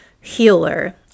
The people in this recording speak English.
healer